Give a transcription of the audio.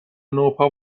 نوپا